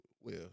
well-